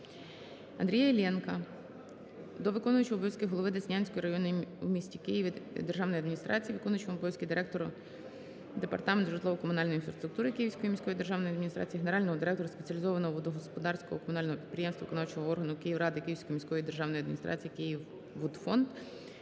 Андрія Іллєнка до виконуючого обов'язки голови Деснянської районної в місті Києві державної адміністрації, виконуючого обов'язки директора Департаменту житлово-комунальної інфраструктури Київської міської державної адміністрації, генерального директора Спеціалізованого водогосподарського комунального підприємства виконавчого органу Київради Київської міської державної адміністрації «Київводфонд»,